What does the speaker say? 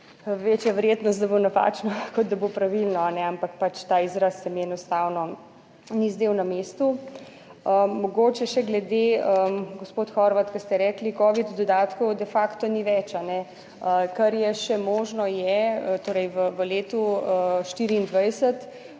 večja verjetnost, da bo napačno, kot da bo pravilno, ampak pač ta izraz se mi enostavno ni zdel na mestu. Mogoče še glede, gospod Horvat, ko ste rekli, covid dodatkov de facto ni več, kar je še možno je. Torej v letu 24